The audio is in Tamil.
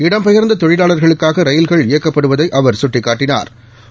இடம்பெயா்ந்த தொழிலாளா்களுக்காக ரயில்கள் இயக்கப்படுவதை அவா் சுட்டிக்காட்டினாா்